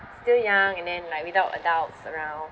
still young and then like without adults around